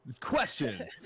Question